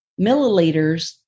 milliliters